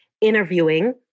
interviewing